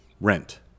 rent